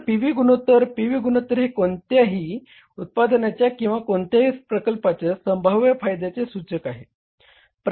तर P V गुणोत्तर P V गुणोत्तर हे कोणत्याही उत्पादनाच्या किंवा कोणत्याही प्रकल्पाच्या संभाव्य फायद्याचे सूचक आहे